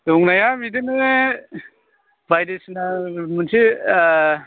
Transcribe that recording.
दंनाया बिदिनो बायदिसिना मोनसे